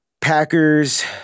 Packers